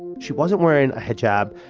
and she wasn't wearing a hijab,